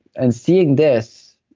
and seeing this,